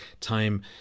time